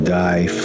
die